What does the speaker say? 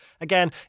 Again